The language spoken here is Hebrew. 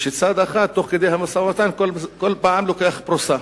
כשצד אחד, תוך כדי המשא-ומתן, לוקח כל פעם פרוסה,